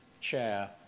chair